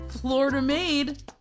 Florida-made